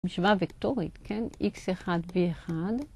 משוואה וקטורית, כן? k1, x1.